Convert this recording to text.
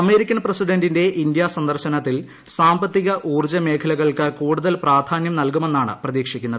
American പ്രസിഡന്റിന്റെ India സന്ദർശനത്തിൽ സാമ്പത്തിക ഊർജ്ജ മേഖലകൾക്ക് കൂടുതൽ പ്രാധാന്യം നൽകുമെന്നാണ് പ്രതീക്ഷിക്കുന്നത്